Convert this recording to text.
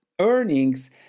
earnings